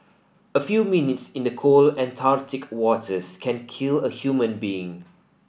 a few minutes in the cold Antarctic waters can kill a human being